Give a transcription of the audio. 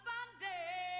Sunday